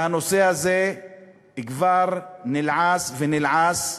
והנושא הזה כבר נלעס ונלעס,